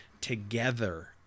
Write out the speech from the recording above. together